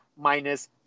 minus